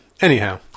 Anyhow